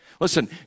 Listen